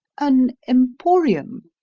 an emporium,